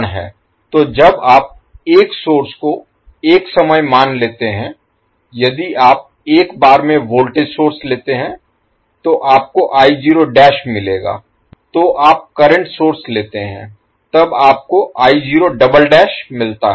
तो जब आप एक सोर्स को एक समय मान लेते हैं यदि आप एक बार में वोल्टेज सोर्स लेते हैं तो आपको मिलेगा तो आप करंट सोर्स लेते हैं तब आपको मिलता है